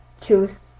choose